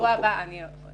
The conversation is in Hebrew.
בשבוע הבא לא.